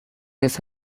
les